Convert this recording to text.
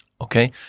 Okay